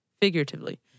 Figuratively